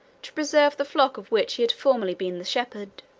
to preserve the flock of which he had formerly been the shepherd.